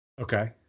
Okay